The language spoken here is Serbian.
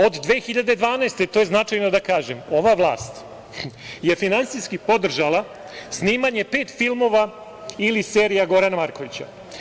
Od 2012. godine, to je značajno da kažem, ova vlast je finansijski podržala snimanja pet filmova ili serija Gorana Markovića.